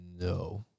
No